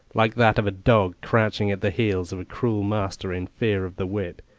like that of a dog crouching at the heels of a cruel master in fear of the whip,